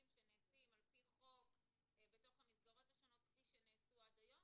שנעשים על פי חוק בתוך המסגרות השונות כמו שנעשו עד היום.